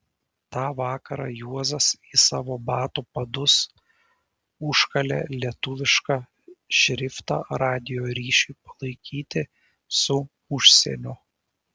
tą vakarą juozas į savo batų padus užkalė lietuvišką šriftą radijo ryšiui palaikyti su užsieniu